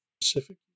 specific